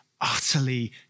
utterly